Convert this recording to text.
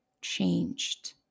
changed